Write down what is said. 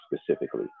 specifically